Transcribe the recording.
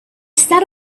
sat